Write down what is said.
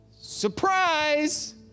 Surprise